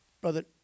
Brother